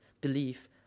belief